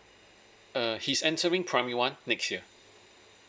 err he's entering primary one next year